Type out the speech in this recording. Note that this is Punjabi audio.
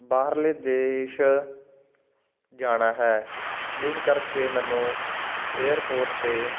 ਬਾਹਰਲੇ ਦੇਸ਼ ਜਾਣਾ ਹੈ ਜਿਸ ਕਰਕੇ ਮੈਨੂੰ ਏਅਰਪੋਰਟ 'ਤੇ